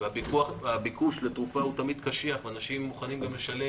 קל לדבר